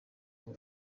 ngo